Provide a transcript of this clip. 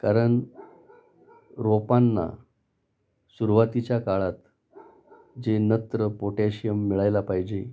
कारण रोपांना सुरवातीच्या काळात जे नत्र पोटॅशियम मिळायला पाहिजे